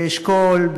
באשכול,